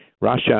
Russia